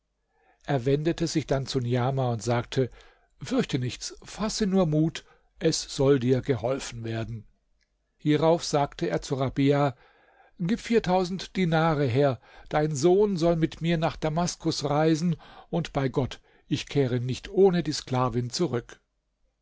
er wendete sich dann zu niamah und sagte fürchte nichts fasse nur mut es soll dir geholfen werden hierauf sagte er zu rabia gib viertausend dinare her dein sohn soll mit mir nach damaskus reisen und bei gott ich kehre nicht ohne die sklavin zurück